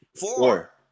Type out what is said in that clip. four